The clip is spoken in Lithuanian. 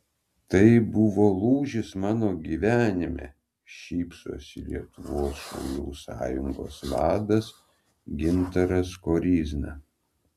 tai buvo lūžis mano gyvenime šypsosi lietuvos šaulių sąjungos vadas gintaras koryzna